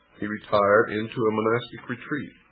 he retired into a monastic retreat,